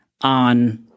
on